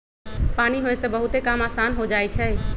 पानी होय से बहुते काम असान हो जाई छई